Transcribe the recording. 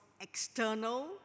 external